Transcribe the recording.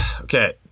okay